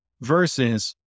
versus